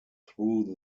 through